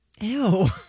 Ew